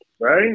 right